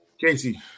Casey